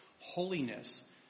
holiness